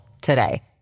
today